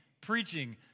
preaching